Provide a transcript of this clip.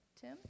Tim